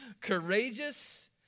Courageous